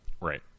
Right